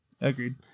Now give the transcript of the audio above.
Agreed